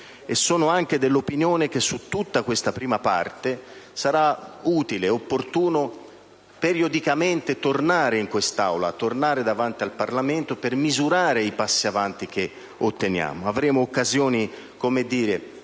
Sono anche dell'opinione che su tutta questa prima parte sarà utile ed opportuno tornare periodicamente in quest'Aula, tornare davanti al Parlamento, per misurare i passi avanti che otteniamo. Ne avremo occasioni negli